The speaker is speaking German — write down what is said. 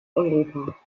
europa